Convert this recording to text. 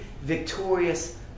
victorious